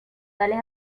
tales